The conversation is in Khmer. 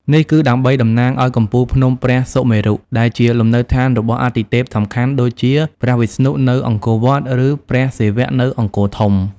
នេះគឺដើម្បីតំណាងឱ្យកំពូលភ្នំព្រះសុមេរុ ដែលជាលំនៅដ្ឋានរបស់អាទិទេពសំខាន់ ដូចជាព្រះវិស្ណុនៅអង្គរវត្ត ឬព្រះសិវៈនៅអង្គរធំ។